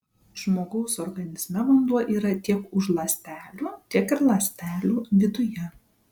žmogaus organizme vanduo yra tiek už ląstelių tiek ir ląstelių viduje